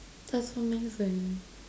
that's amazing